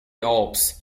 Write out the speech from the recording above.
alps